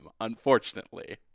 unfortunately